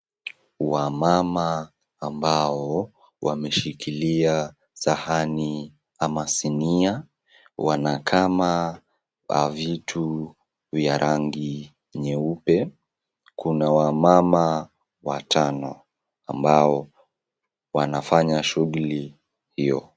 Wamama ambao wameshikilia sahani ama sinia wanakama vitu vya rangi nyeupe. Kuna wamama watano ambao wanafanya shughuli hiyo.